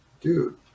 dude